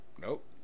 nope